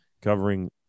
covering